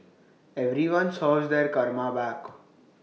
everyone serves their karma back